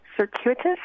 circuitous